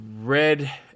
red